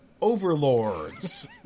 overlords